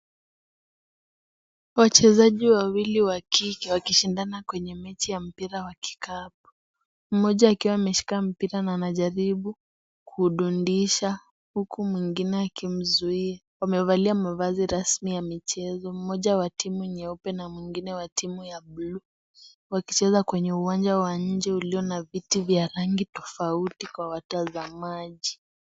Wachezaji wawili wa kike wakishindana kwenye mechi wa mpira wa kikapu. Mmoja akiwa ameshika mpira na anajaribu kudundisha huku mwengine akimzuia. Wamevalia mavazi rasmi ya michezo, mmoja wa timu nyeupe na mwengine timu ya bluu ,wakicheza kwenye uwanja wa nje uliyo na viti vya rang tofauti kwa watazamaji.